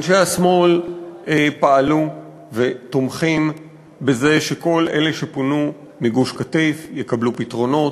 אנשי השמאל פעלו ותומכים בזה שכל אלה שפונו מגוש-קטיף יקבלו פתרונות.